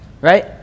right